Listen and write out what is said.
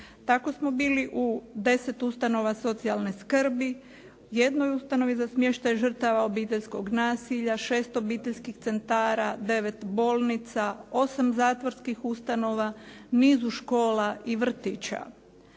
Tako smo bili u 10 ustanova socijalne skrbi, jednoj ustanovi za smještaj žrtava obiteljskog nasilja, 6 obiteljskih centara, 9 bolnica, 8 zatvorskih ustanova, nizu škola i vrtića.